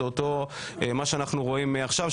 זה אותו מה שאנחנו רואים עכשיו,